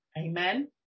amen